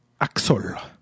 Axol